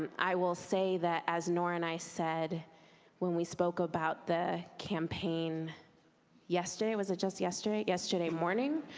i will say that as nora and i said when we spoke about the campaign yesterday, was it just yesterday? yesterday morning?